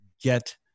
get